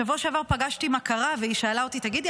בשבוע שעבר פגשתי מכרה והיא שאלה אותי: תגידי,